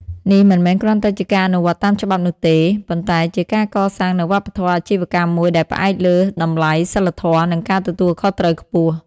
នេះមិនមែនគ្រាន់តែជាការអនុវត្តតាមច្បាប់នោះទេ ប៉ុន្តែជាការកសាងនូវវប្បធម៌អាជីវកម្មមួយដែលផ្អែកលើតម្លៃ សីលធម៌ និងការទទួលខុសត្រូវខ្ពស់ ។